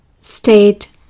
state